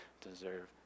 deserve